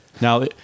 Now